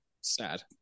sad